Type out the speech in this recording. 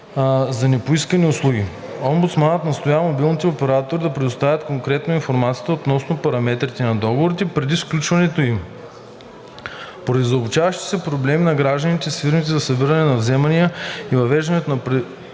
за непоискани услуги. Омбудсманът настоява мобилните оператори да предоставят коректно информацията относно параметрите на договорите преди сключването им. Поради задълбочаващите се проблеми на гражданите с фирмите за събиране на вземания и фирмите за бързи